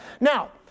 Now